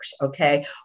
okay